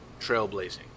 trailblazing